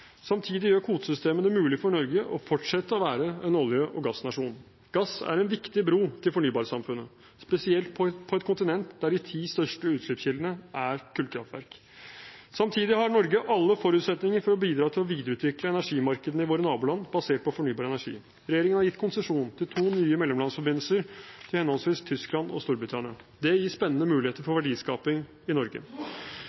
Samtidig gjør kvotesystemet det mulig for Norge å fortsette å være en olje- og gassnasjon. Gass er en viktig bro til fornybarsamfunnet, spesielt på et kontinent der de ti største utslippskildene er kullkraftverk. Samtidig har Norge alle forutsetninger for å bidra til å videreutvikle energimarkedene i våre naboland, basert på fornybar energi. Regjeringen har gitt konsesjon til to nye mellomlandforbindelser til henholdsvis Tyskland og Storbritannia. Det gir spennende muligheter for verdiskaping i Norge.